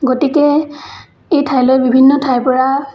গতিকে এই ঠাইলৈ বিভিন্ন ঠাইৰ পৰা